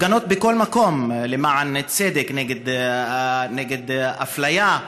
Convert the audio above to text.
הפגנות בכל מקום למען צדק, נגד אפליה,